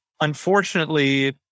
Unfortunately